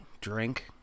drink